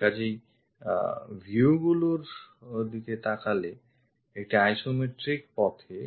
কাজেই view গুলির দিকে তাকিয়েও একটি আইসোমেট্রিক পথে